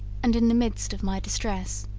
and in the midst of my distress,